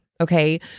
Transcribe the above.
Okay